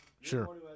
Sure